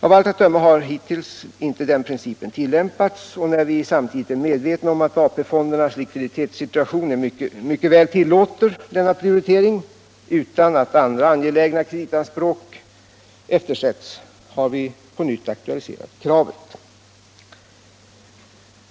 Av allt att döma har den principen inte tillämpats hittills, och när vi samtidigt är medvetna om att AP fondernas likviditetssituation mycket väl tillåter denna prioritering utan att andra angelägna kreditanspråk eftersätts har vi på nytt aktualiserat kravet.